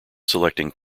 selecting